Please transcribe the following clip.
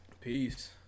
Peace